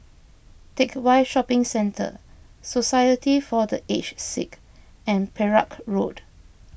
Teck Whye Shopping Centre Society for the Aged Sick and Perak Road